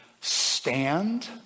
stand